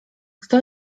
kto